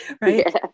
Right